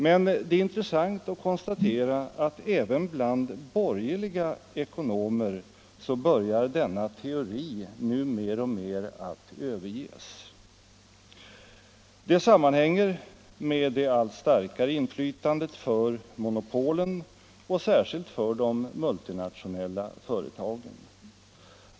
Men det är intressant att konstatera att även bland borgerliga ekonomer börjar denna teori nu mer och mer att överges. Det sammanhänger med det allt starkare inflytandet hos monopolen och särskilt hos de multinationella företagen.